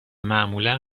معمولا